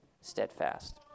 steadfast